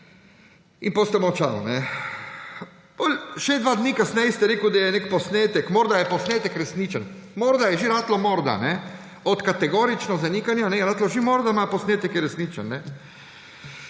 In potem ste molčali. Še dva dni kasneje ste rekli, da je nek posnetek, morda je posnetek resničen, morda, je že ratalo morda. Od kategoričnega zanikanja je ratalo – morda je posnetek resničen.